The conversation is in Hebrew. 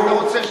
מה אתה רוצה?